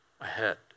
ahead